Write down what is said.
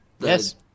Yes